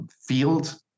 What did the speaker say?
field